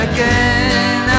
Again